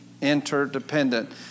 interdependent